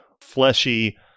fleshy